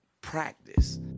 practice